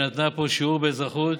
שיעור מדהים באזרחות.